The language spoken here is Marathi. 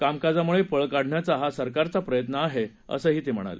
कामकाजामधून पळ काढण्याचा हा सरकारचा प्रयत्न आहे असं ते म्हणाले